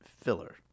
filler